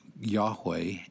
Yahweh